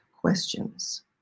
questions